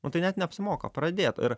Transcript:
nu tai net neapsimoka pradėt ir